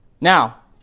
Now